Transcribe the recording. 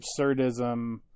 absurdism